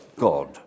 God